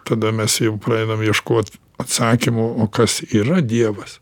tada mes jau pradedam ieškot atsakymo o kas yra dievas